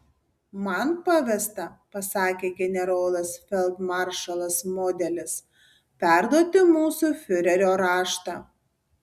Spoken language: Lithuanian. man pavesta pasakė generolas feldmaršalas modelis perduoti mūsų fiurerio raštą